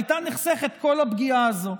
הייתה נחסכת כל הפגיעה הזאת.